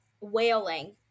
wailing